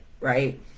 right